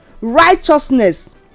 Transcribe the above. righteousness